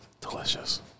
Delicious